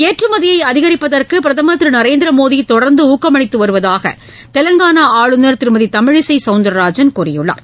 ஏற்றுமதியை அதிகரிப்பதற்கு பிரதமர் திரு நரேந்திர மோடி தொடர்ந்து ஊக்கமளித்து வருவதாக தெலங்கானா ஆளுநர் திருமதி தமிழிசை சவுந்தரராஜன் கூறியுள்ளார்